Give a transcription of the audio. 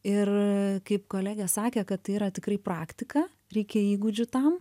ir kaip kolegė sakė kad tai yra tikrai praktika reikia įgūdžių tam